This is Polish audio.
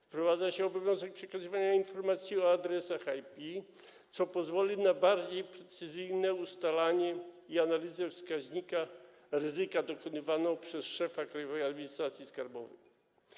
Wprowadza się obowiązek przekazywania informacji o adresach IP, co pozwoli na bardziej precyzyjne ustalanie wskaźnika ryzyka i analizę ryzyka dokonywaną przez szefa Krajowej Administracji Skarbowej.